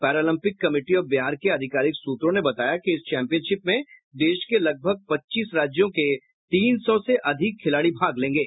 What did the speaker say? Paralympic committee of Bihar के आधिकारिक सूत्रों ने बताया कि इस चैम्पिनशिप में देश के लगभग पच्चीस राज्यों के तीन सौ से अधिक खिलाड़ी भाग लेंगे